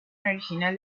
original